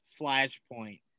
flashpoint